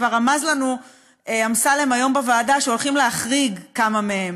כבר רמז לנו אמסלם היום בוועדה שהולכים להחריג כמה מהם,